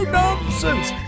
nonsense